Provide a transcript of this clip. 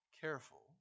careful